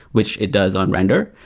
which it does on render?